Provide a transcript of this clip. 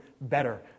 better